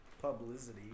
publicity